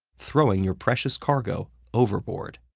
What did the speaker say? throwing your precious cargo overboard.